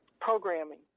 programming